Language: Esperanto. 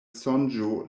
sonĝo